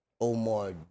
Omar